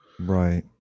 right